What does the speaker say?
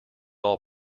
all